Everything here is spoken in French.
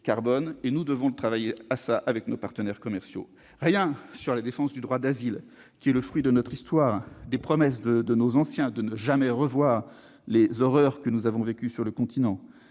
vertueux. Il faut y travailler avec nos partenaires commerciaux. Rien non plus sur la défense du droit d'asile, qui est le fruit de notre histoire et des promesses de nos anciens : ne jamais revoir les horreurs que nous avons vécues sur le continent.